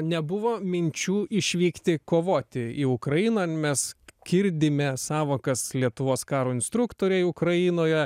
nebuvo minčių išvykti kovoti į ukrainą mes girdime sąvokas lietuvos karo instruktoriai ukrainoje